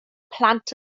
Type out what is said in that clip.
plant